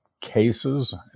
cases